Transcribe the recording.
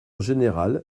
général